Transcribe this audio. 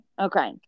Okay